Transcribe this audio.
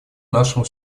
нашему